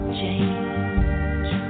change